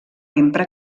empra